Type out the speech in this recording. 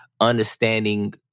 understanding